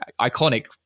iconic